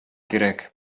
кирәк